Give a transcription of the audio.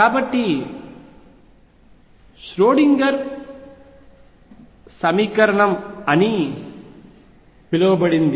కాబట్టి ఇది ష్రోడింగర్ సమీకరణం అని పిలవబడింది